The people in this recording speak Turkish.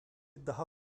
daha